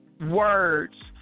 words